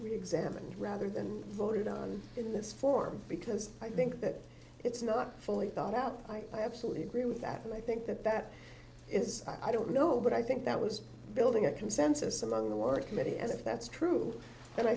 reexamined rather than voted on in this form because i think that it's not fully thought out i absolutely agree with that and i think that that is i don't know but i think that was building a consensus among the work committee as if that's true and i